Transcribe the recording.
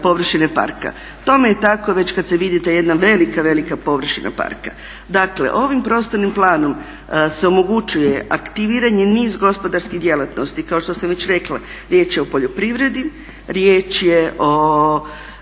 površine parka. Tome je tako već kad se vidi da je jedna velika, velika površina parka. Dakle, ovim prostornim planom se omogućuje aktiviranje niza gospodarskih djelatnosti kao što sam već rekla riječ je o poljoprivredi, riječ je o